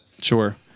Sure